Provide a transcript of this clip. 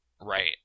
Right